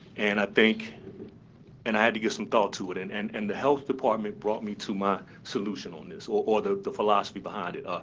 and i think and i had to give some thought to it. and and and health department brought me to my solution on this, or or the the philosophy behind it,